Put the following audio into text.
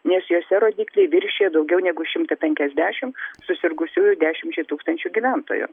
nes jose rodikliai viršija daugiau negu šimtą penkiasdešim susirgusiųjų dešimčiai tūkstančių gyventojų